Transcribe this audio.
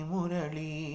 Murali